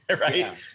right